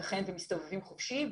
וייתכן שמסתובבים חופשי.